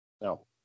No